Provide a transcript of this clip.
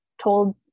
told